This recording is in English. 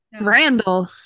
Randall